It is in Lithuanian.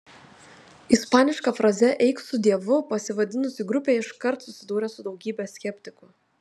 ispaniška fraze eik su dievu pasivadinusi grupė iškart susidūrė su daugybe skeptikų